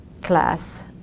class